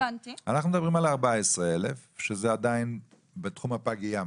אנחנו מדברים על 14,000 שזה עדיין בתחום הפגייה.